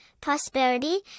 prosperity